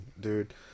dude